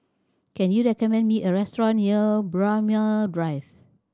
can you recommend me a restaurant near Braemar Drive